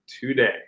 today